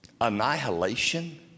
annihilation